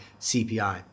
CPI